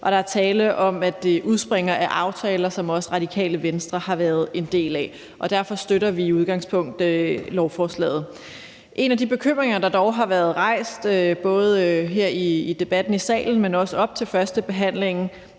Og der er tale om, at det udspringer af aftaler, som også Radikale Venstre har været en del af. Derfor støtter vi som udgangspunkt lovforslaget. En af de bekymringer, der dog har været rejst både her i debatten i salen, men også op til førstebehandlingen,